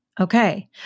Okay